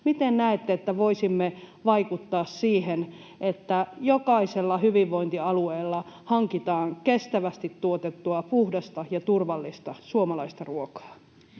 Miten näette, että voisimme vaikuttaa siihen, että jokaisella hyvinvointialueella hankitaan kestävästi tuotettua, puhdasta ja turvallista suomalaista ruokaa?